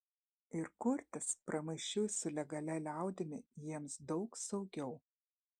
ir kurtis pramaišiui su legalia liaudimi jiems daug saugiau